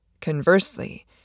Conversely